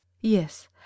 Yes